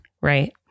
right